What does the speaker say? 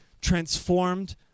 transformed